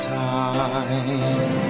time